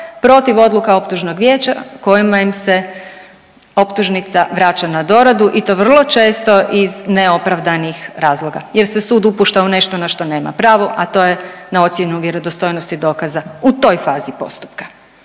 protiv odluka optužnog vijeća kojima im se optužnica vraća na doradu i to vrlo često iz neopravdanih razloga jer se sud upušta u nešto na što nema pravo, a to je na ocjenu vjerodostojnosti dokaza u toj fazi postupka,